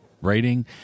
writing